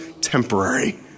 temporary